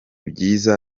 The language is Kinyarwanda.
byiza